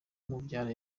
umubyara